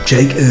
Jake